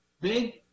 big